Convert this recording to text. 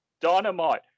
Dynamite